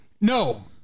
No